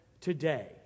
today